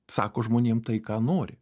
sako žmonėm tai ką nori